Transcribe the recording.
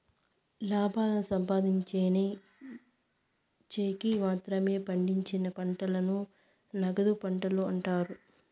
లాభాలను సంపాదిన్చేకి మాత్రమే పండించిన పంటలను నగదు పంటలు అంటారు